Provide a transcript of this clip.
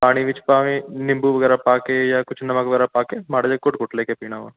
ਪਾਣੀ ਵਿੱਚ ਭਾਵੇਂ ਨਿੰਬੂ ਵਗੈਰਾ ਪਾ ਕੇ ਜਾਂ ਕੁਛ ਨਮਕ ਵਗੈਰਾ ਪਾ ਕੇ ਮਾੜਾ ਜਿਹਾ ਘੁੱਟ ਘੁੱਟ ਲੈ ਕੇ ਪੀਣਾ ਵਾ